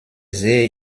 sehe